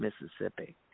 Mississippi